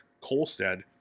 Colstead